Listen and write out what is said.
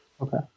Okay